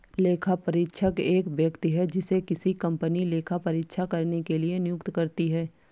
लेखापरीक्षक एक व्यक्ति है जिसे किसी कंपनी लेखा परीक्षा करने के लिए नियुक्त करती है